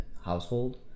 household